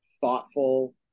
thoughtful